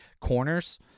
corners